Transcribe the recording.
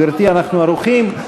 גברתי, אנחנו ערוכים.